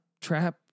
trap